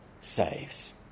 saves